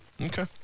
Okay